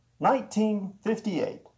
1958